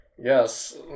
Yes